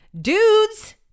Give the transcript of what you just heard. Dudes